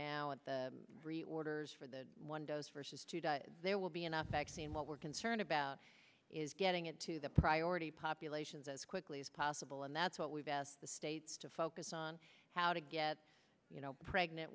now at the three orders for the one dose versus two there will be enough vaccine what we're concerned about is getting it to the priority populations as quickly as possible and that's what we've asked the states to focus on how to get pregnant